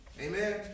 Amen